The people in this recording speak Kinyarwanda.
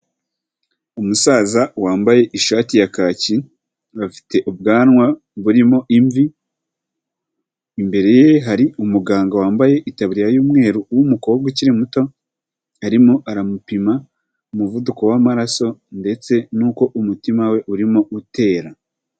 Umusaza wambaye ishati ya kaki, afite ubwanwa burimo imvi, imbere ye hari umuganga wambaye itaburiya y'umweru w'umukobwa ukiri muto, arimo aramupima umuvuduko w'amaraso ndetse n'uko umutima we urimo utera.